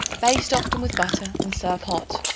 baste often with butter and serve hot.